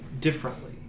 differently